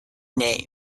named